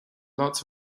lots